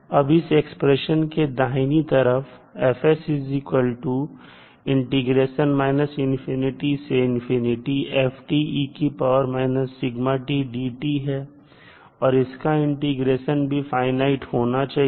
अब इस एक्सप्रेशन के दाहिनी तरफ है और इसका इंटीग्रेशन भी फाइनाइट होना चाहिए